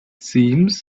seems